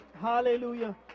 Hallelujah